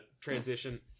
Transition